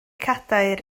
cadair